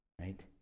right